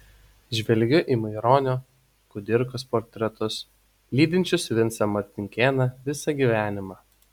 žvelgiu į maironio kudirkos portretus lydinčius vincą martinkėną visą gyvenimą